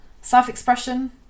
Self-expression